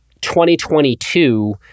2022